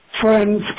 friends